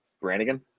Brannigan